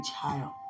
child